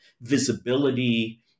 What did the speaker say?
visibility